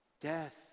Death